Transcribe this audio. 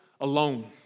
alone